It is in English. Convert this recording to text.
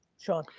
sean?